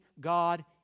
God